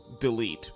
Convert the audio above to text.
delete